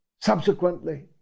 subsequently